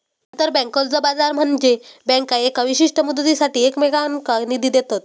आंतरबँक कर्ज बाजार म्हनजे बँका येका विशिष्ट मुदतीसाठी एकमेकांनका निधी देतत